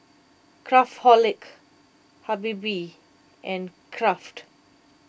Craftholic Habibie and Kraft